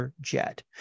Jet